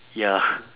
ya